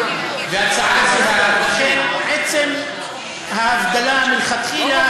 ועצם ההבדלה מלכתחילה,